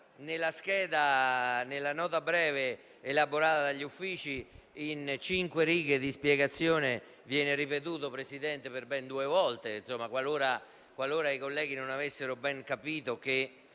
addirittura nella nota breve elaborata dagli Uffici in cinque righe di spiegazione viene ripetuto per ben due volte, Presidente, qualora i colleghi non avessero ben capito che